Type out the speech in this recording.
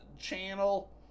channel